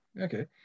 Okay